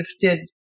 gifted